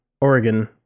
Oregon